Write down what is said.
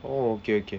oh okay okay